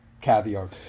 caviar